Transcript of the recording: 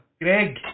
Greg